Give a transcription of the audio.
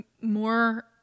more